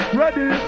ready